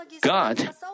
God